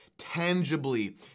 tangibly